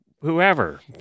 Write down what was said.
whoever